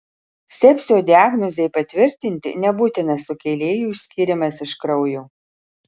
sepsio diagnozei patvirtinti nebūtinas sukėlėjų išskyrimas iš kraujo